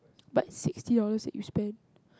but sixty dollars that you spend